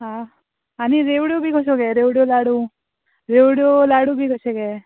आं आनी रेवड्यो बी कश्यो गे रेवड्यो लाडू रेवड्यो लाडू बी कशे गे